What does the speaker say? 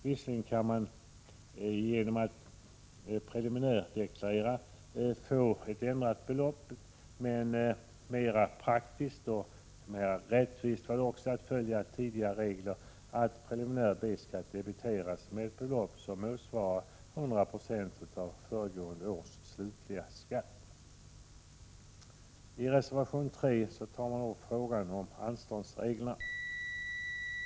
Visserligen kan man genom att preliminärdeklarera få ett ändrat belopp, men mera praktiskt och rättvist vore att följa tidigare regler att preliminär B-skatt debiteras med ett belopp som motsvarar 100 96 av föregående års slutliga skatt. I reservation 23 tar man upp frågan om anståndsreglerna.